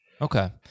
Okay